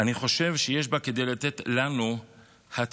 אני חושב שיש בה כדי לתת לנו הצצה